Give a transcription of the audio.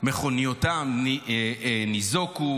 מכוניותיהם ניזוקו